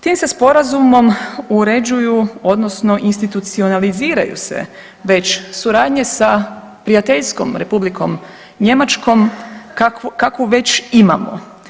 Tim se Sporazumom uređuju, odnosno institucionaliziraju se već suradnje sa prijateljskom Republikom Njemačkom kakvu već imamo.